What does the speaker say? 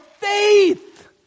faith